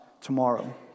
tomorrow